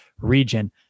region